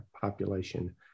population